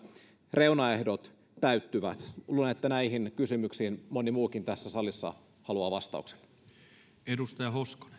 reunaehdot täyttyvät luulen että näihin kysymyksiin moni muukin tässä salissa haluaa vastauksen